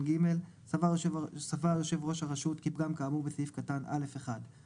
7/ג'.סבר יושב ראש הרשות כי פגם כאמור בסעיף קטן א'/1-5,